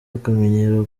akamenyero